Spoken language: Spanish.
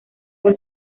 por